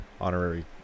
honorary